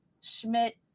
Schmidt